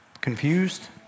confused